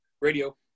radio